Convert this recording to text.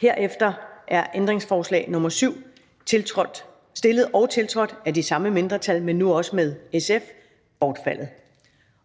Herefter er ændringsforslag nr. 7, stillet og tiltrådt af de samme mindretal, men nu også af SF, bortfaldet.